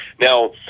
Now